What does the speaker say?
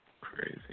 Crazy